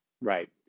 Right